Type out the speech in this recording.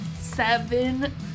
Seven